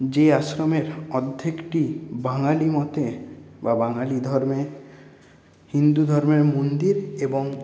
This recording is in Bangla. যে আশ্রমের অর্ধেকটি বাঙালি মতে বা বাঙালি ধর্মে হিন্দু ধর্মের মন্দির এবং